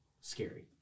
scary